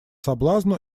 соблазну